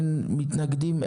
אין מתנגדים,